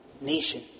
nation